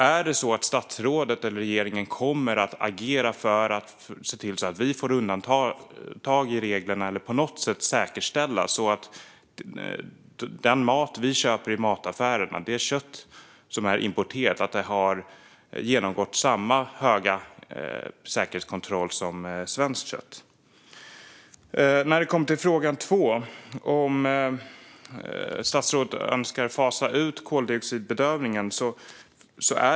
Kommer statsrådet eller regeringen att agera för att se till att vi får undantag i reglerna eller på något sätt säkerställa att det importerade kött vi köper i mataffärerna följer samma höga säkerhetskrav som svenskt kött? Min andra fråga var om statsrådet önskar fasa ut koldioxidbedövningen.